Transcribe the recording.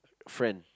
friend